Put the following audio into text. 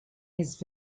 his